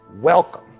welcome